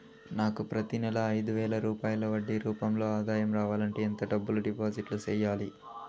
నాకు ప్రతి నెల ఐదు వేల రూపాయలు వడ్డీ రూపం లో ఆదాయం రావాలంటే ఎంత డబ్బులు డిపాజిట్లు సెయ్యాలి?